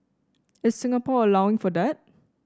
is Singapore allowing for that